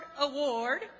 Award